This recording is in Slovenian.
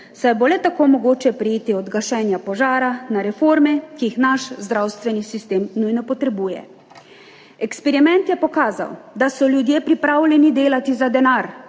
saj bo le tako mogoče preiti od gašenja požara na reforme, ki jih naš zdravstveni sistem nujno potrebuje. Eksperiment je pokazal, da so ljudje pripravljeni delati za denar